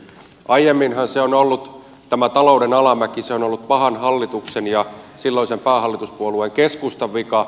aiemminhan se on ollut tämä talouden alamäki pahan hallituksen ja silloisen päähallituspuolueen keskustan vika